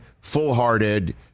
full-hearted